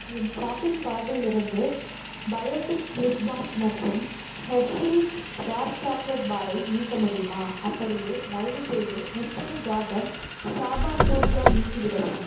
என் shopping கார்டில் இருந்து Biotique lip balm மற்றும் ஹெர்ஷீஸ் டார்க் சாக்லேட் பாரை நீக்க முடியுமா அப்படியே தயவு செய்து முப்பது கார்டன் சாபா ஃப்ரூட் ஜாம் நீக்கிவிடவும்